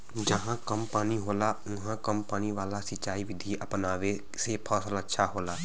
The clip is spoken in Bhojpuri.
जहां कम पानी होला उहाँ कम पानी वाला सिंचाई विधि अपनावे से फसल अच्छा होला